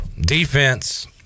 Defense